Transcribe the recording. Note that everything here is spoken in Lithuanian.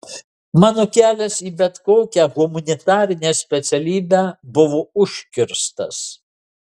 mano kelias į bet kokią humanitarinę specialybę buvo užkirstas